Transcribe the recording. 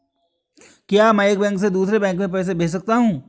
क्या मैं एक बैंक से दूसरे बैंक में पैसे भेज सकता हूँ?